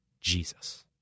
Jesus